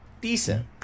Decent